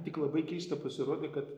tik labai keista pasirodė kad